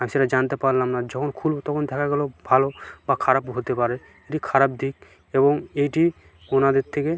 আমি সেটা জানতে পারলাম না যখন খুলবো তখন দেখা গেলো ভালো বা খারাপ হতে পারে এটি খারাপ দিক এবং এইটি ওনাদের থেকে